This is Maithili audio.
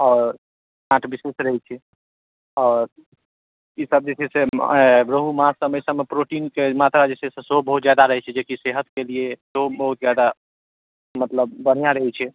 आओर काँट विशेष रहै छै आओर ईसभ जे छै से रौहू माछसभ एहिसभमे प्रोटीनक मात्रा जे छै से सेहो बहुत जादा रहै छै जेकि सेहतके लिए सेहो बहुत जादा मतलब बढ़िऑं रहै छै